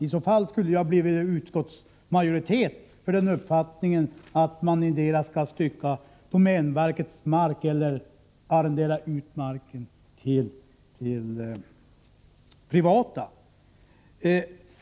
Annars skulle det ha blivit majoritet i utskottet för uppfattningen att man antingen skall stycka domänverkets marker eller arrendera ut markerna till privata ägare.